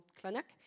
clinic